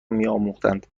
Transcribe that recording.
میآموختند